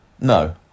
No